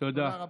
תודה רבה.